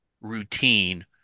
routine